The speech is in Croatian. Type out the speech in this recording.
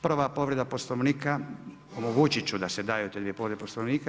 Prva povreda Poslovnika, omogućiti ću da se daju te dvije povrede Poslovnika.